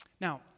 Now